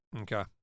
Okay